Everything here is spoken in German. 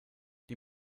die